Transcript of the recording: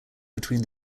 between